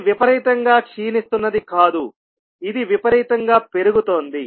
ఇది విపరీతంగా క్షీణిస్తున్నది కాదు ఇది విపరీతంగా పెరుగుతోంది